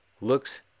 Looks